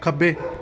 ਖੱਬੇ